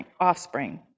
offspring